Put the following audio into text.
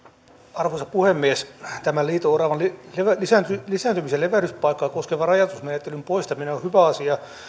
arvoisa puhemies tämä liito oravan lisääntymis ja levähdyspaikkaa koskevan rajoitusmenettelyn poistaminen on hyvä asia